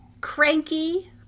Cranky